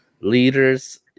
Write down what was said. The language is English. leaders